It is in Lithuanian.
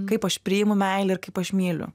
kaip aš priimu meilę ir kaip aš myliu